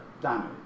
damage